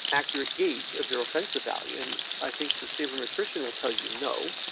accurate gauge of their offensive value and i think the serum attrition will tell you know,